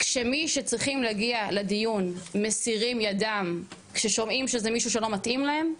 כשמי שצריכים להגיע לדיון מסירים ידם כששומעים שזה מישהו שלא מתאים להם,